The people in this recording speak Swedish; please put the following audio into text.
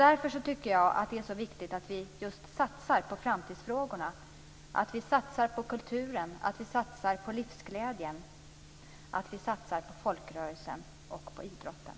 Därför tycker jag att det är så viktigt att vi just satsar på framtidsfrågorna, att vi satsar på kulturen, att vi satsar på livsglädjen, att vi satsar på folkrörelsen och att vi satsar på idrotten.